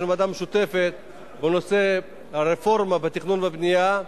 יש לנו ועדה משותפת בנושא הרפורמה בתכנון והבנייה,